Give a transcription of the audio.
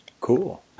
Cool